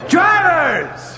Drivers